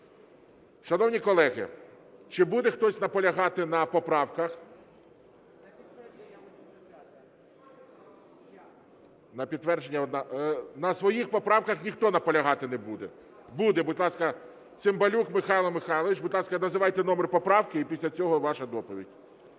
Шановні колеги, чи буде хтось наполягати на поправках? На підтвердження одна… На своїх поправках ніхто наполягати не буде? Буде. Будь ласка, Цимбалюк Михайло Михайлович, будь ласка, називайте номер поправки і після цього ваша доповідь.